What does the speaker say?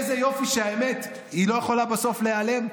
איזה יופי שהאמת לא יכולה בסוף להיעלם.